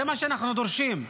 זה מה שאנחנו דורשים,